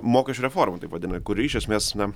mokesčių reforma taip vadinama kuri iš esmės na